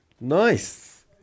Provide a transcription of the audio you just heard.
nice